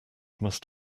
must